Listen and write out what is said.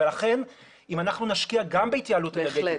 לכן אם אנחנו נשקיע גם בהתייעלות אנרגטית,